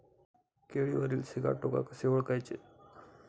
केळीवरील सिगाटोका कसे ओळखायचे?